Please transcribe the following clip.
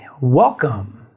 welcome